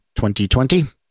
2020